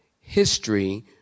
history